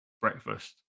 breakfast